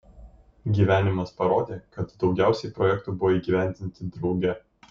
gyvenimas parodė kad daugiausiai projektų buvo įgyvendinti drauge